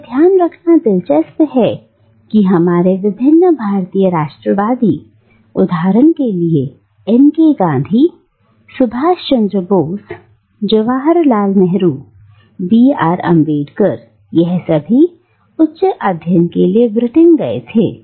यह ध्यान रखना दिलचस्प है कि हमारे विभिन्न भारतीय राष्ट्रवादी उदाहरण के लिए M K Gandhi Subhash Chandra Bose Jawaharlal Nehru BR Ambedkar यह सभी उच्च अध्ययन के लिए ब्रिटेन गए थे